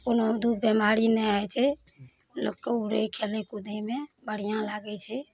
कोनो दुःख बेमारी नहि होइ छै लोकके उड़ै खेलै कुदैमे बढ़िआँ लागै छै